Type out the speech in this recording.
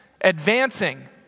advancing